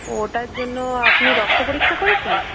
ও ওটার জন্য আপনি রক্ত পরীক্ষা করেছেন